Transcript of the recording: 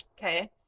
Okay